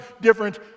different